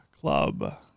Club